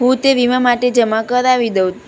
હું તે વીમા માટે જમા કરાવી દઉં